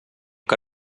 que